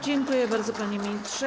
Dziękuję bardzo, panie ministrze.